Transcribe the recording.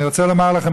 אני רוצה לומר לכם,